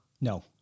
No